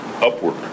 upward